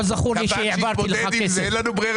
לא זכור לי שהעברתי לך כסף.